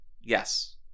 Yes